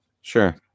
Sure